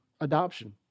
adoption